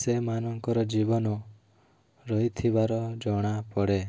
ସେମାନଙ୍କର ଜୀବନ ରହିଥିବାର ଜଣାପଡ଼େ